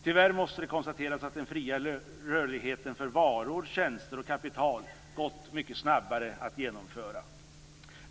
Tyvärr måste det konstateras att den fria rörligheten för varor, tjänster och kapital gått mycket snabbare att genomföra.